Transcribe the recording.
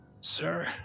sir